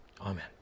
Amen